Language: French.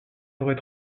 forêts